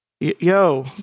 Yo